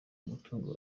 umutungo